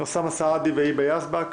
אוסאמה סעדי, והיבה יזבק.